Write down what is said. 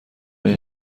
این